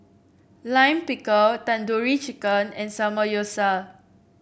Lime Pickle Tandoori Chicken and Samgyeopsal